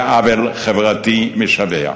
זה עוול חברתי משווע.